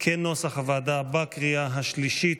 כנוסח הוועדה בקריאה השלישית.